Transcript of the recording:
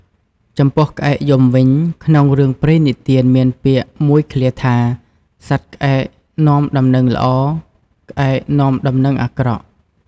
ចំពោះក្អែកយំវិញ ក្នុងរឿងព្រេងនិទានមានពាក្យមួយឃ្លាថា "សត្វក្អែកនាំដំណឹងល្អ ក្អែកនាំដំណឹងអាក្រក់"។